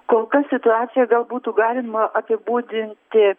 kol kas situacija gal būtų galima apibūdinti